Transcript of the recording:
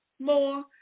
more